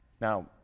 Now